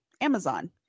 Amazon